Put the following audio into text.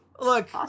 Look